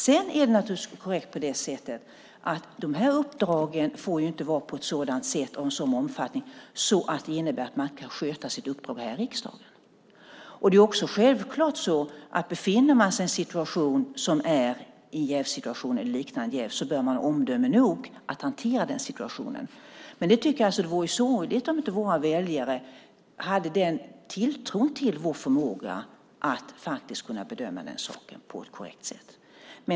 Sedan är det naturligtvis korrekt på det sättet att de här uppdragen inte får vara sådana eller ha en sådan omfattning att de innebär att man inte kan sköta sitt uppdrag här i riksdagen. Det är också självklart så att befinner man sig i en situation som innebär jäv eller liknande bör man ha omdöme nog att hantera den situationen. Jag tycker det vore sorgligt om inte våra väljare hade den tilltron till vår förmåga att faktiskt kunna bedöma den saken på ett korrekt sätt.